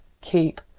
keep